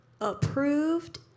approved